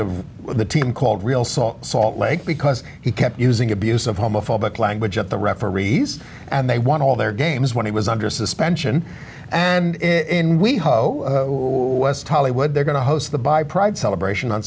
of the team called real salt salt lake because he kept using abusive homophobic language at the referees and they want to all their games when he was under suspension and in we ho west hollywood they're going to host the buy pride celebration on